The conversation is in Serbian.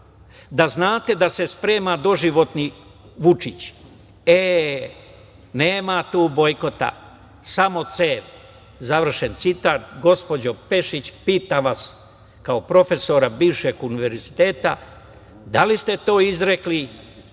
da znate da se sprema doživotni Vučić. E, nema tu bojkota, samo cev.“ Završen citat. Gospođo Pešić, pitam vas kao bivšeg profesora univerziteta, da li ste to izrekli